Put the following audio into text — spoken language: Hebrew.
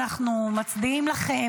אנחנו מצדיעים לכם,